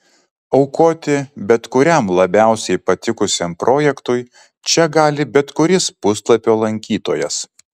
aukoti bet kuriam labiausiai patikusiam projektui čia gali bet kuris puslapio lankytojas